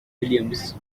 williams